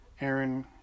Aaron